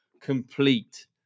complete